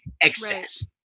excess